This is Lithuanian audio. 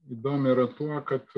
įdomi yra tuo kad